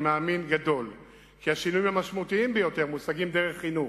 אני מאמין גדול כי השינויים המשמעותיים ביותר מושגים דרך חינוך.